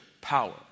power